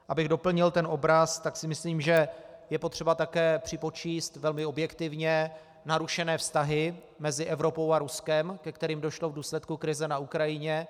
Abych doplnil ten obraz, tak si myslím, že je potřeba také připočíst velmi objektivně narušené vztahy mezi Evropou a Ruskem, ke kterým došlo v důsledku krize na Ukrajině.